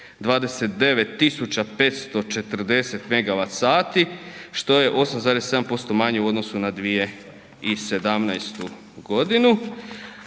29.540 MWh sati što je 8,7% u odnosu na 2017. godinu.